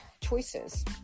choices